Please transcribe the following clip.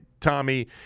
Tommy